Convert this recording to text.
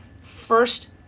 first